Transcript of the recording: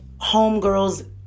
homegirls